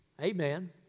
Amen